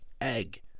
egg